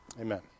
Amen